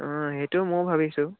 অঁ সেইটো ময়ো ভাবিছোঁ